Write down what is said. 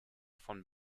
von